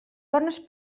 bones